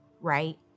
right